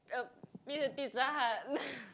uh Pi~ Pizza Hut